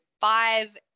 five